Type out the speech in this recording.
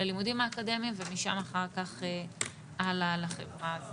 ללימודים האקדמיים ומשם אחר כך הלאה לחברה.